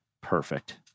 Perfect